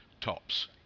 tops